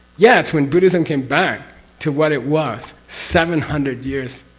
yeah it's when buddhism came back to what it was seven hundred years,